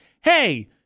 hey